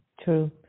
true